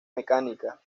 mecánicas